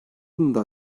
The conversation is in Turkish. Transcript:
yılında